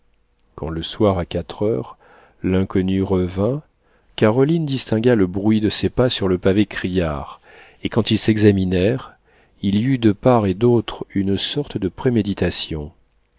quand le soir à quatre heures l'inconnu revint caroline distingua le bruit de ses pas sur le pavé criard et quand ils s'examinèrent il y eut de part et d'autre une sorte de préméditation